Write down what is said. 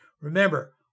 Remember